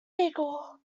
beagle